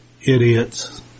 idiots